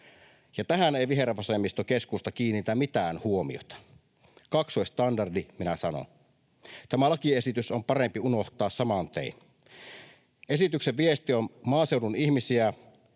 tähän ei vihervasemmisto—keskusta kiinnitä mitään huomiota — kaksoistandardi, minä sanon. Tämä lakiesitys on parempi unohtaa saman tein. Esityksen viesti on maaseudun ihmisiä